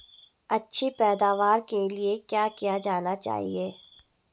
अच्छी पैदावार के लिए क्या किया जाना चाहिए?